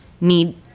need